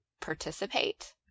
participate